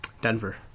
Denver